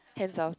hands off